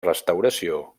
restauració